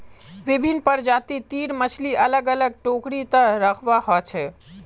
विभिन्न प्रजाति तीर मछली अलग अलग टोकरी त रखवा हो छे